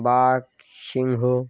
বাঘ সিংহ